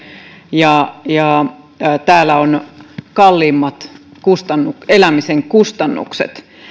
ja ja täällä on kalliimmat elämisen kustannukset